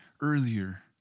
earlier